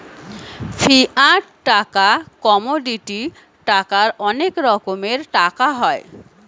fiat টাকা, commodity টাকার অনেক রকমের টাকা হয়